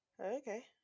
Okay